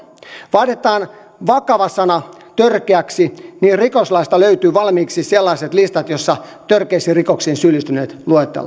vaihdetaan sana vakava sanaksi törkeä niin rikoslaista löytyy valmiiksi sellaiset listat joissa törkeisiin rikoksiin syyllistyneet luetellaan